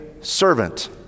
servant